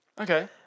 Okay